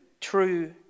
true